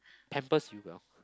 pampers you well